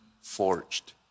forged